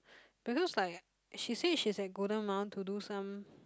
because like she say she's at Golden-Mile to do some